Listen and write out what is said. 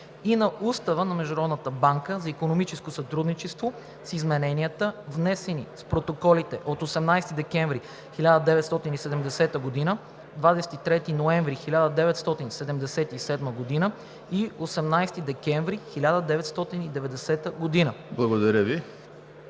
и на Устава на Международната банка за икономическо сътрудничество (с измененията, внесени с протоколите от 18 декември 1970 г., 23 ноември 1977 г. и 18 декември 1990 г.)“